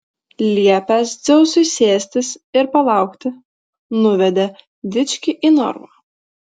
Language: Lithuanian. liepęs dzeusui sėstis ir palaukti nuvedė dičkį į narvą